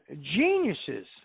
geniuses